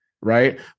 right